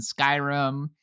Skyrim